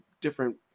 different